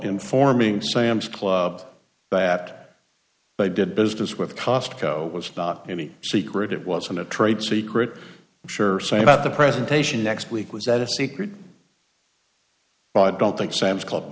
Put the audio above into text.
informing sam's club that they did business with the cost co was not any secret it wasn't a trade secret sure say about the presentation next week was that a secret but i don't think sam's club